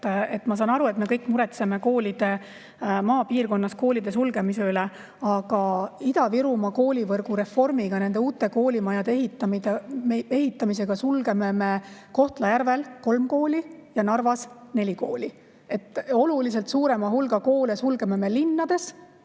Ma saan aru, et me kõik muretseme maapiirkonnas koolide sulgemise üle, aga Ida-Virumaa koolivõrgu reformiga, nende uute koolimajade ehitamisega sulgeme me Kohtla-Järvel kolm kooli ja Narvas neli kooli. Koolivõrgu reformiga sulgeme me linnades